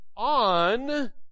On